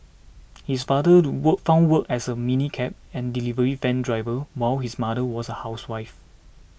his father do wall found work as a minicab and delivery van driver while his mother was a housewife